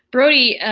brodie,